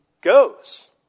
goes